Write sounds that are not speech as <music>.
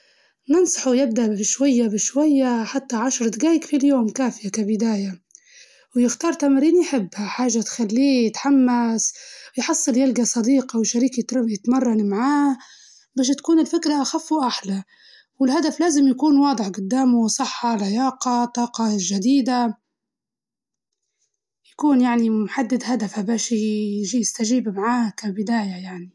أنصحه يبدأ شوية شوية حتى عشر دجايج في اليوم سادات، ويختار تمارين هو يحبها، وحاجة تخليه يتحمس، وعادي كان حصل صاحب معاه باش تكون الفكرة أخف وأحلى، و <hesitation> و لازم يكون عنده هدف واضح قدامه، سواء كان إنه يوصل لصحة معينة، لياجة، أو طاقة جديدة. <noise>